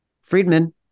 Friedman